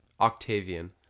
Octavian